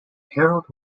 harold